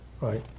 right